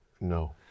No